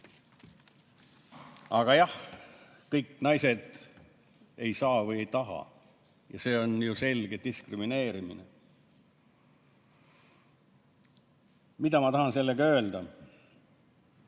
Aga jah, kõik naised ei saa või ei taha sünnitada ja see on ju selge diskrimineerimine. Mida ma tahan sellega öelda?